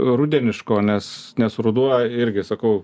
rudeniško nes nes ruduo irgi sakau